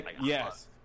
Yes